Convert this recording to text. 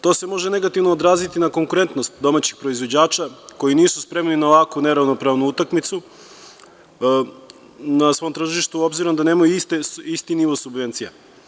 To se može negativno odraziti na konkurentnost domaćih proizvođača koji nisu spremni na ovako neravnopravnu utakmicu na svom tržištu, obzirom da nemaju isti nivo subvencija.